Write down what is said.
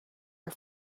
are